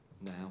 Now